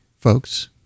folks